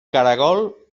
caragol